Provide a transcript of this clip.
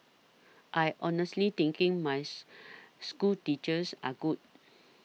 I honestly thinking my schoolteachers are good